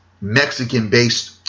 Mexican-based